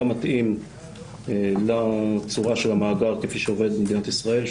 מתאים לצורה של המאגר כפי שהוא עובד במדינת ישראל,